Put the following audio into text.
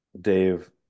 Dave